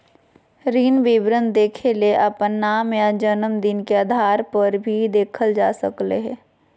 ऋण विवरण देखेले अपन नाम या जनम दिन के आधारपर भी देखल जा सकलय हें